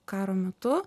karo metu